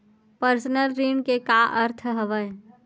Personal ऋण के का अर्थ हवय?